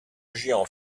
géant